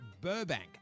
Burbank